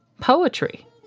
Poetry